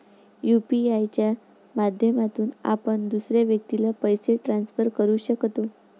UPI च्या माध्यमातून आपण दुसऱ्या व्यक्तीला पैसे ट्रान्सफर करू शकतो